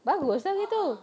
bagus lah gitu